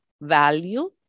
value